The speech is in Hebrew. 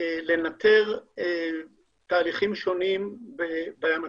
לנטר תהליכים שונים בים התיכון.